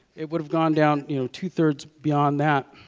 it would have gone down you know two-thirds beyond that.